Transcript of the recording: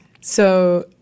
So-